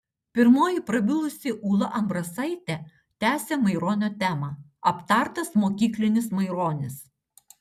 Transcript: pirmoji prabilusi ūla ambrasaitė tęsė maironio temą aptartas mokyklinis maironis